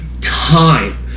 time